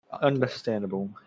Understandable